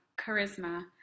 charisma